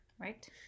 Right